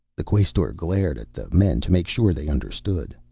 the quaestor glared at the men to make sure they understood.